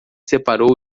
separou